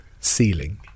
ceiling